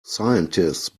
scientists